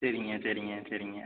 சரிங்க சரிங்க சரிங்க